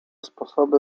sposoby